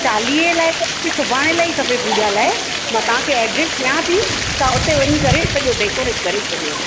चालीहे लाइ त मूंखे सुभाणे लाइ ई खपे पूॼा लाइ मां तव्हांखे ऐड्रेस ॾियां थी तव्हां उते वञी करे सॼो डैकोरेट करे छॾियो